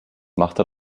machte